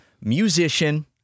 musician